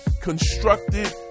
constructed